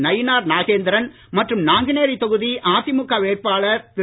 நயினார்நாகேந்திரன்மற்றும்நாங்குநேரிதொகுதிஅதிமுகவேட்பாளர்திரு